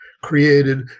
created